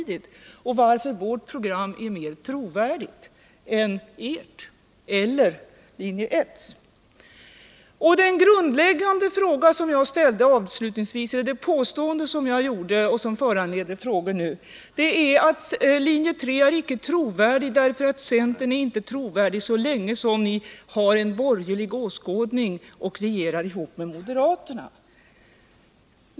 Dessutom skulle han veta varför vi hävdar att vårt program är mer trovärdigt än ert eller linje 1: Det grundläggande påstående som jag avslutningsvis gjorde och som föranleder de frågor jag nu ställer är att linje 3 icke är trovärdig, eftersom icke heller centern är det så länge partiet har en borgerlig åskådning och regerar tillsammans med moderaterna.